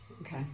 Okay